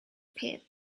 pit